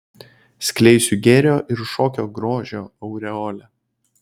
skleisiu gėrio ir šokio grožio aureolę